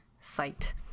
site